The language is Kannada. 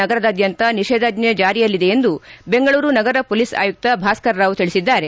ನಗರದಾದ್ಯಂತ ನಿಷೇಧಾಜ್ಞೆ ಜಾರಿಯಲ್ಲಿದೆ ಎಂದು ಬೆಂಗಳೂರು ನಗರ ಪೊಲೀಸ್ ಆಯುಕ್ತ ಭಾಸ್ಕರ್ ರಾವ್ ತಿಳಿಸಿದ್ದಾರೆ